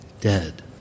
dead